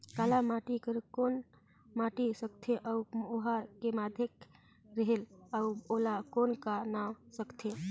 काला माटी ला कौन माटी सकथे अउ ओहार के माधेक रेहेल अउ ओला कौन का नाव सकथे?